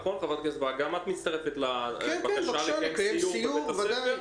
גם את מצטרפת לבקשה לקיים סיור בבית הספר?